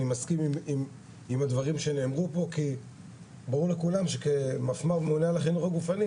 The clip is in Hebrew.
אני מסכים עם הדברים שנאמרו פה כי ברור לכולם שכמפמ"ר חינוך גופני